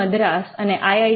T Madras અને આઈ